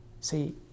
See